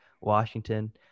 Washington